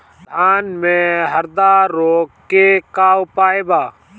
धान में हरदा रोग के का उपाय बा?